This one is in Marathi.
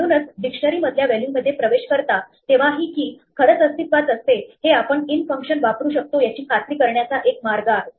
म्हणूनच डिक्शनरी मधल्या व्हॅल्यू मध्ये प्रवेश करता तेव्हा ही key खरंच अस्तित्त्वात असते हे आपण इन फंक्शन वापरू शकतो याची खात्री करण्याचा एक मार्ग आहे